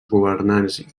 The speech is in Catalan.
governants